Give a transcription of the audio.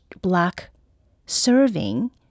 Black-serving